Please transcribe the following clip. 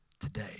today